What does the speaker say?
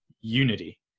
unity